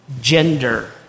gender